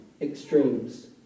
extremes